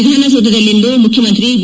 ವಿಧಾನಸೌಧದಲ್ಲಿಂದು ಮುಖ್ಯಮಂತ್ರಿ ಬಿ